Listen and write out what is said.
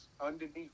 underneath